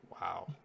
Wow